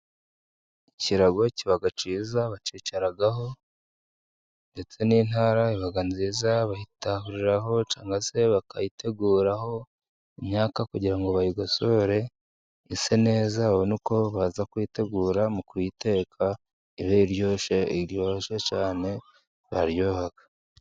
Ikirago kiba cyiza bacyicaraho, ndetse n'intara iba nziza bayitahuriraho cyangwa se bakayiteguraho imyaka kugira ngo bayigosore, ise neza babone uko baza kuyitegura mu kuyiteka. Ibe iryoshye, iryoshye cyane biraryoha.